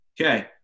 Okay